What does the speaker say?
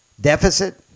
deficit